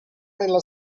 nella